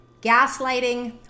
gaslighting